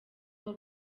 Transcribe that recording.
aho